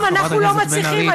אם אנחנו לא מצליחים,